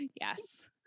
Yes